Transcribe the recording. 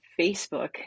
Facebook